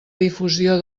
difusió